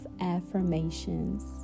affirmations